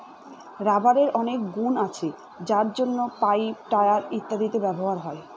রাবারের অনেক গুন আছে যার জন্য পাইপ, টায়ার ইত্যাদিতে ব্যবহার হয়